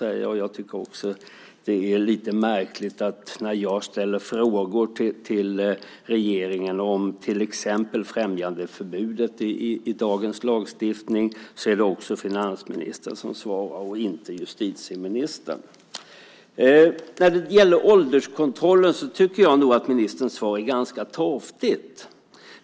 Jag tycker också att det är lite märkligt att det när jag ställer frågor till regeringen till exempel om främjandeförbudet i dagens lagstiftning är finansministern som svarar, inte justitieministern. När det gäller ålderskontrollen tycker jag nog att ministerns svar är ganska torftigt.